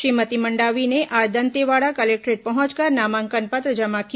श्रीमती मंडावी ने आज दंतेवाड़ा कलेक्टोरेट पहुंचकर नामांकन पत्र जमा किया